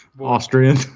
Austrian